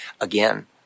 again